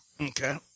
Okay